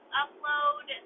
upload